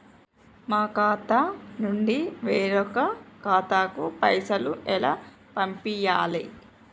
మా ఖాతా నుండి వేరొక ఖాతాకు పైసలు ఎలా పంపియ్యాలి?